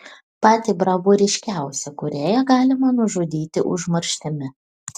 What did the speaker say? patį bravūriškiausią kūrėją galima nužudyti užmarštimi